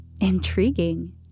Intriguing